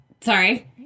sorry